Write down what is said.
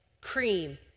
cream